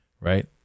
right